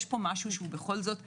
יש פה משהו אחר,